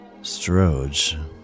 Stroge